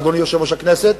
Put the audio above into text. אדוני יושב-ראש הכנסת,